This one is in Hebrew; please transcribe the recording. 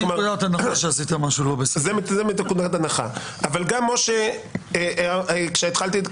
גם משה כשדיברתי,